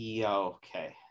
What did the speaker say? okay